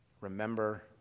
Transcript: remember